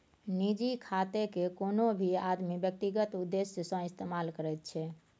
निजी खातेकेँ कोनो भी आदमी व्यक्तिगत उद्देश्य सँ इस्तेमाल करैत छै